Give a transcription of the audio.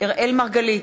אראל מרגלית,